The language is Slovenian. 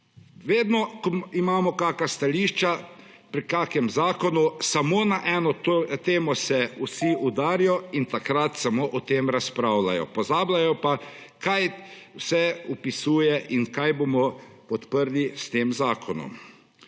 Vedno ko imamo kakšna stališča pri kakšnem zakonu samo na eno temo se vsi udarijo in takrat samo o tem razpravljajo. Pozabljajo pa kaj vse opisuje in kaj bomo podprli s tem zakonom.